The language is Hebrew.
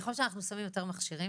ככל שאנחנו שמים יותר מכשירים